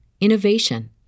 innovation